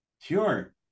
sure